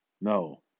no